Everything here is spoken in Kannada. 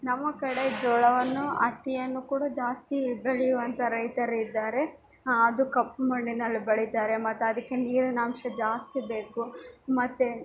ನಮ್ಮ ಕಡೆ ಜೋಳವನ್ನು ಹತ್ತಿಯನ್ನು ಕೂಡ ಜಾಸ್ತಿ ಬೆಳೆಯುವಂಥ ರೈತರಿದ್ದಾರೆ ಅದು ಕಪ್ಪು ಮಣ್ಣಿನಲ್ಲಿ ಬೆಳೀತಾರೆ ಮತ್ತು ಅದಕ್ಕೆ ನೀರಿನಾಂಶ ಜಾಸ್ತಿಬೇಕು ಮತ್ತು